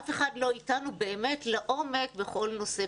אף אחד לא אתנו באמת לעומק בכל נושא.